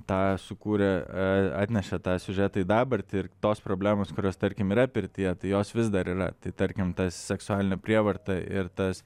tą sukūrė atnešė tą siužetą į dabartį ir tos problemos kurios tarkim yra pirtyje jos vis dar yra tai tarkim ta seksualinė prievarta ir tas